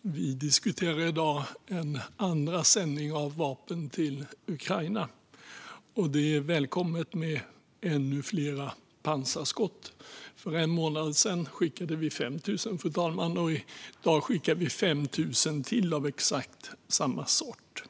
Vi diskuterar i dag en andra sändning av vapen till Ukraina, och det är välkommet med ännu fler pansarskott. För en månad sedan skickade vi 5 000, fru talman, och i dag skickar vi 5 000 till av exakt samma sort.